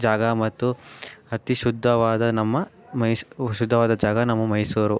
ಜಾಗ ಮತ್ತು ಅತಿ ಶುದ್ಧವಾದ ನಮ್ಮ ಮೈಸ್ ಶುದ್ಧವಾದ ಜಾಗ ನಮ್ಮ ಮೈಸೂರು